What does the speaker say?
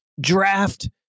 draft